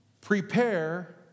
Prepare